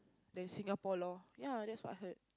than Singapore loh yeah that's what I heard